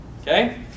Okay